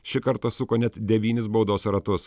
šį kartą suko net devynis baudos ratus